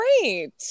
great